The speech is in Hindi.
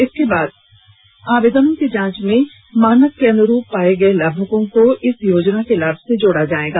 इसके पश्चात आवेदनों की जाँच में मानक के अनुरूप पाये गये लाभुकों को इस योजना के लाभ से जोड़ा जायेगा